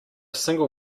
single